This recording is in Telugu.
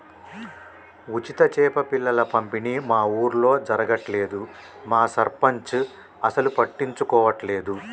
ఉచిత చేప పిల్లల పంపిణీ మా ఊర్లో జరగట్లేదు మా సర్పంచ్ అసలు పట్టించుకోవట్లేదు